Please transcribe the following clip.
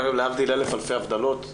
להבדיל אלף אלפי הבדלות,